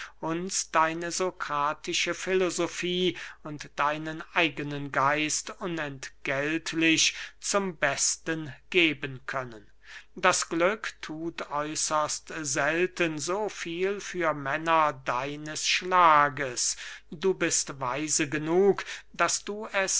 deine sokratische filosofie und deinen eigenen geist unentgeltlich zum besten geben können das glück thut äußerst selten so viel für männer deines schlages du bist weise genug daß du es